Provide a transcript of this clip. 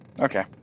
Okay